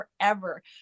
forever